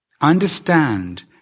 understand